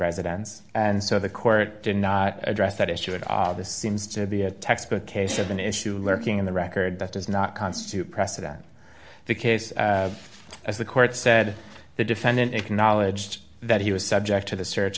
residence and so the court did not address that issue at all this seems to be a textbook case of an issue lurking in the record that does not constitute precedent the case as the court said the defendant acknowledged that he was subject to the search